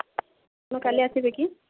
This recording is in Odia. ଆପଣ କାଲି ଆସିବେ କି